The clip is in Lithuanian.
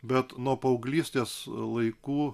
bet nuo paauglystės laikų